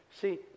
see